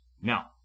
Now